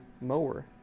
mower